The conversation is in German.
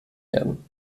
werden